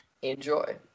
Enjoy